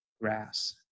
grass